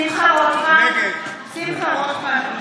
(קוראת בשם חבר הכנסת) שמחה רוטמן,